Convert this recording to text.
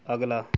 ਅਗਲਾ